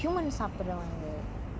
cannibal cannibal னா என்ன:na enna